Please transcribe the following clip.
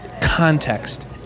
Context